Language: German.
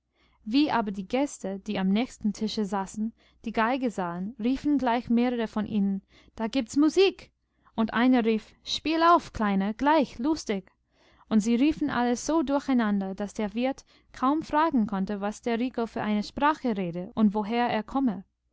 wie aber die gäste die am nächsten tische saßen die geige sahen riefen gleich mehrere von ihnen da gibt's musik und einer rief spiel auf kleiner gleich lustig und sie riefen alle so durcheinander daß der wirt kaum fragen konnte was der rico für eine sprache rede und woher er komme